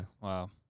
Wow